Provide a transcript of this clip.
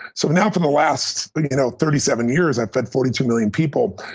so now, for the last but you know thirty seven years, i've fed forty two million people,